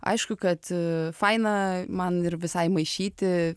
aišku kad faina man ir visai maišyti